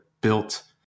built